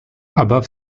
above